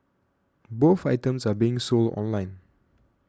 both items are being sold online